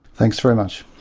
thanks very much.